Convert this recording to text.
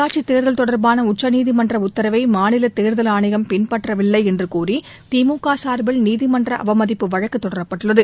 உள்ளாட்சித் தேர்தல் தொடர்பான உச்சநீதிமன்ற உத்தரவை மாநில தேர்தல் ஆணையம் பின்பற்றவில்லை என்று கூறி திமுக சார்பில் நீதிமன்ற அவமதிப்பு வழக்கு தொடரப்பட்டுள்ளது